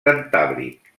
cantàbric